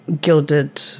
gilded